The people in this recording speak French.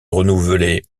renouvelée